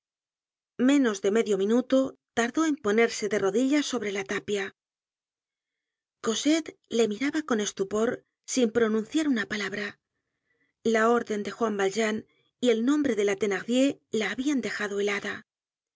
menos de medio minuto tardó en ponerse de rodillas sobre la tapia content from google book search generated at cosette le miraba con estupor sin pronunciar una palabra la orden de juan valjean y el nombre de la thennrdier la habían dejado helada